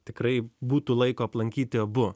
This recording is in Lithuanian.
tikrai būtų laiko aplankyti abu